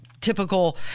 typical